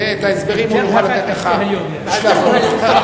את ההסברים הוא יוכל לתת לך בשלב מאוחר.